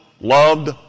loved